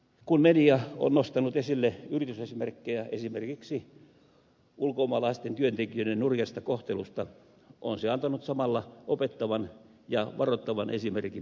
kun media on nostanut esille yritysesimerkkejä esimerkiksi ulkomaalaisten työntekijöiden nurjasta kohtelusta on se antanut samalla opettavan ja varoittavan esimerkin muille